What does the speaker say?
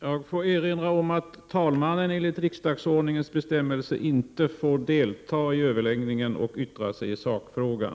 Jag får erinra om att talmannen enligt riksdagsordningens bestämmelser inte får delta i överläggningen och yttra sig i sakfrågan.